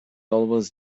always